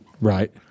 Right